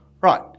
right